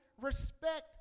respect